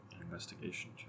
investigation